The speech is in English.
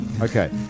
Okay